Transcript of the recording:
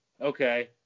Okay